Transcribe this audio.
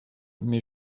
mais